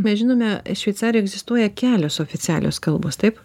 mes žinome šveicarijoj egzistuoja kelios oficialios kalbos taip